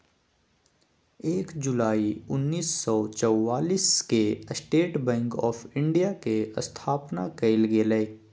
एक जुलाई उन्नीस सौ चौआलिस के स्टेट बैंक आफ़ इंडिया के स्थापना कइल गेलय